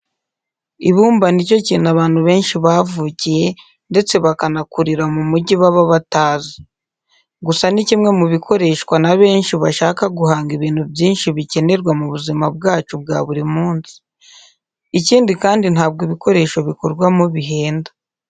Ibumba ni cyo kintu abantu benshi bavukiye ndetse bakanakurira mu mujyi baba batazi. Gusa ni kimwe mu bikoreshwa na benshi bashaka guhanga ibintu byinshi bikenerwa mu buzima bwacu bwa buri munsi. Ikindi kandi ntabwo ibikoresho bikorwamo bihenda.